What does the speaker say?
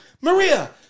Maria